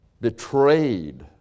betrayed